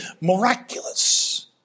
miraculous